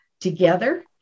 together